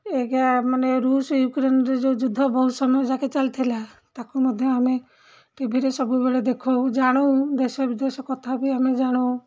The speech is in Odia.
ଏଇକା ମାନେ ରୁଷ ୟୁକ୍ରେନରେ ଯେଉଁ ଯୁଦ୍ଧ ବହୁତ ସମୟ ଯାକେ ଚାଲିଥିଲା ତାକୁ ମଧ୍ୟ ଆମେ ଟିଭିରେ ସବୁବେଳେ ଦେଖୁ ଜାଣୁ ଦେଶ ବିଦେଶ କଥା ବି ଆମେ ଜାଣୁ